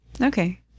Okay